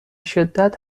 شدت